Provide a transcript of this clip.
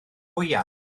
fwyaf